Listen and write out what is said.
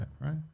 right